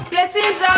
Blessings